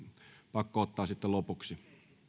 pakko ottaa sitten lopuksi